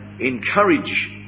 encourage